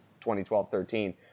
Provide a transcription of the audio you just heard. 2012-13